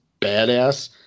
badass